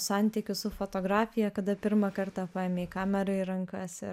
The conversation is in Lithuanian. santykis su fotografija kada pirmą kartą paėmei kamerą į rankas ir